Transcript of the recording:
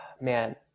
man